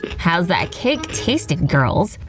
how's that cake tastin' girls?